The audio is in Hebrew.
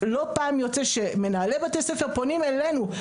לא פעם יוצא שמנהלי בתי ספר פונים אלינו.